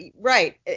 Right